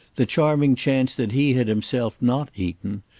the charming chance that he had himself not eaten,